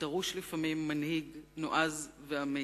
דרוש לפעמים מנהיג נועז ואמיץ,